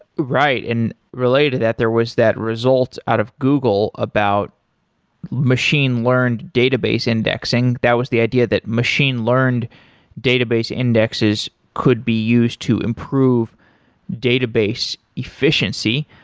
right. and related to that, there was that results out of google about machine learned database indexing. that was the idea that machine-learned database indexes could be used to improve database efficiency.